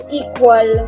equal